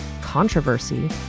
controversy